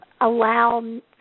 allow